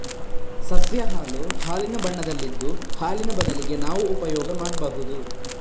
ಸಸ್ಯ ಹಾಲು ಹಾಲಿನ ಬಣ್ಣದಲ್ಲಿದ್ದು ಹಾಲಿನ ಬದಲಿಗೆ ನಾವು ಉಪಯೋಗ ಮಾಡ್ಬಹುದು